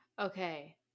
Okay